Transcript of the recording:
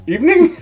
Evening